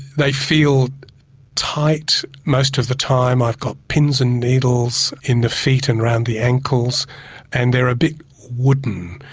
they feel tight most of the time. i've got pins and needles in the feet and around the ankles and they are a bit wooden,